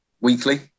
weekly